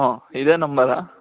ಹಾಂ ಇದೇ ನಂಬರಾ